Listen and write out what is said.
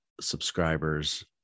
subscribers